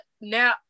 now